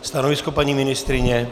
Stanovisko, paní ministryně?